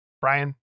Brian